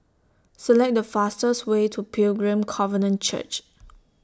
Select The fastest Way to Pilgrim Covenant Church